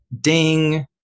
Ding